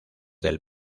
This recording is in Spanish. del